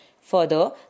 Further